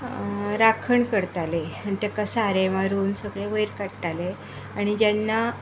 राखण करताले आनी ताका सारें मारून सगळे वयर काडटाले आनी जेन्ना